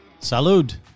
Salud